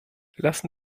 lassen